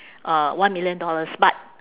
uh one million dollars but